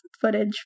footage